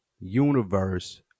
universe